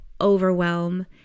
overwhelm